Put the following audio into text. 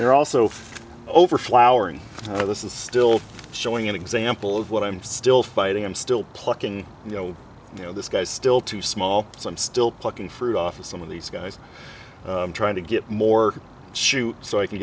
they're also over flowering now this is still showing an example of what i'm still fighting i'm still plucking you know you know this guy's still too small so i'm still plucking fruit office some of these guys trying to get more shoe so i can